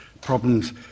problems